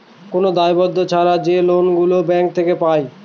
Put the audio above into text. কোন দায়বদ্ধ ছাড়া যে লোন গুলো ব্যাঙ্ক থেকে পায়